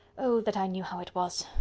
oh, that i knew how it was!